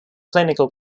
clinical